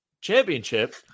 championship